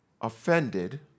offended